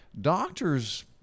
doctors